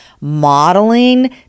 modeling